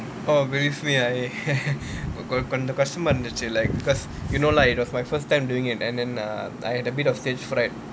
oh believe me I கொஞ்சம் கஷ்டமா இருந்துச்சு:konjam kashtamaa irunthuchu like because you know lah it was my first time doing it and then err I had a bit of stage fright